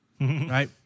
Right